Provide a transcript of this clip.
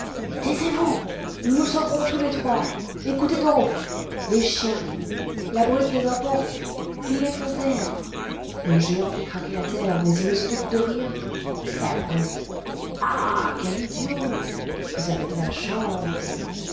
taisez-vous nous nous sauverons tous les trois écoutez donc les chiens la brute les emporte ils les font taire le géant fait craquer la terre mais il ne se doute de rien la brute ah quel idiot vous avez de la chance